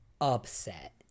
upset